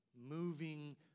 moving